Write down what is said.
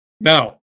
Now